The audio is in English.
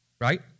right